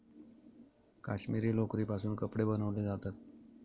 काश्मिरी लोकरीपासून कपडे बनवले जातात